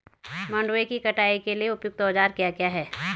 मंडवे की कटाई के लिए उपयुक्त औज़ार क्या क्या हैं?